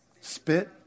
Spit